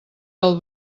del